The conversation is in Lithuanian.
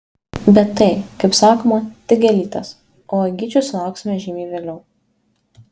bet tai kaip sakoma tik gėlytės o uogyčių sulauksime žymiai vėliau